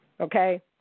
okay